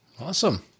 Awesome